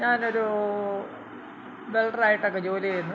ഞാൻ ഒരൂ വെൽഡർ ആയിട്ടൊക്കെ ജോലി ചെയ്യുന്നു